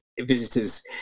visitors